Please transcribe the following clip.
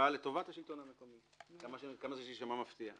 באה לטובת השלטון המקומי, כמה שזה יישמע מפתיע.